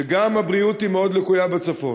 שגם הבריאות שהיא מאוד לקויה בצפון,